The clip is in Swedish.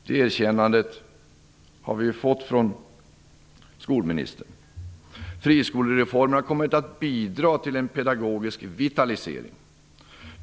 Det erkännandet har vi fått från skolministern. Friskolereformen har kommit att bidra till en pedagogisk vitalisering.